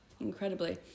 incredibly